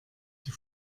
die